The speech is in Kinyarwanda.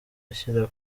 ashyira